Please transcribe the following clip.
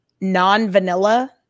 non-vanilla